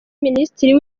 minisitiri